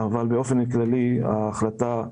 באופן כללי ההחלטה,